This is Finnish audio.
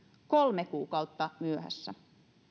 kolme kuukautta myöhässä